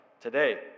today